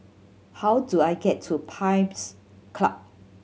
how do I get to Pines Club